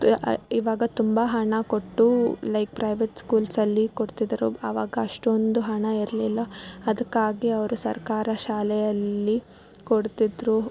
ತು ಇವಾಗ ತುಂಬ ಹಣ ಕೊಟ್ಟು ಲೈಕ್ ಪ್ರೈವೇಟ್ ಸ್ಕೂಲ್ಸ್ ಅಲ್ಲಿ ಕೊಡ್ತಿದ್ರು ಅವಾಗ ಅಷ್ಟೊಂದು ಹಣ ಇರಲಿಲ್ಲ ಅದಕ್ಕಾಗಿ ಅವರು ಸರ್ಕಾರ ಶಾಲೆಯಲ್ಲಿ ಕೊಡ್ತಿದ್ರು